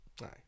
right